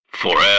FOREVER